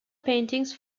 paintings